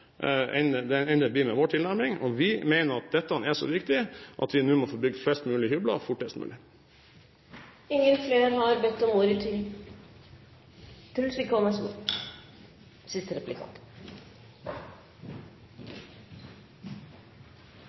enn det blir med vår tilnærming. Vi mener at dette er så viktig at vi må få bygd flest mulig hybler fortest mulig. I sitt svar til meg i stad sa representanten at han legger til grunn at denne regjeringen har